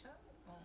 right